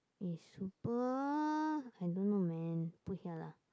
is super I don't know man put here lah